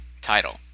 title